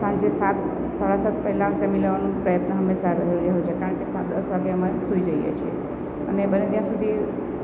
સાંજે સાત સાડા સાત પેલા જમી લેવાનું પ્રયત્ન હંમેશા કારણ કે દસ વાગે અમે સૂઈ જઈએ છીએ અને બને ત્યાં સુધી